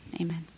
Amen